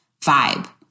vibe